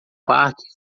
parque